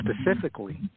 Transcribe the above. specifically